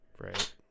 right